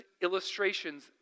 illustrations